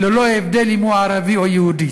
ללא הבדל אם הוא ערבי או יהודי.